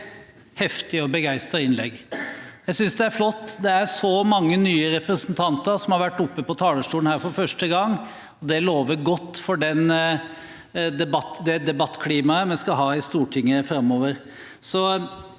heftige og begeistrede innlegg. Jeg synes det er flott. Det er så mange nye representanter som har vært oppe på talerstolen her for første gang, og det lover godt for det debattklimaet vi skal ha i Stortinget framover.